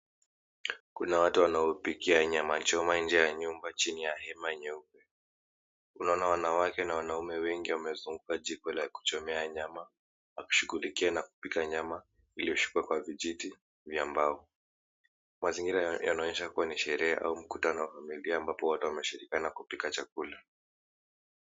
Kuna watu wanaopikia nyama choma inje ya nyumba chini ya hema nyeupe. Tunaona wanawake na wanaume wengi wamezunguka jiko la kuchomea nyama, wakishughlikia na kupika nyama iliyoshikwa kwa vijiti vya mbao. Mazingira yanaonyesha kua ni sherehe au mkutano ambapo watu wameshirikiana kupika chakula.